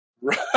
Right